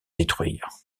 détruire